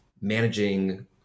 managing